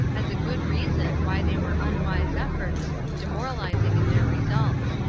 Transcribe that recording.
as a good reason why they were unwise efforts, demoralizing in their results.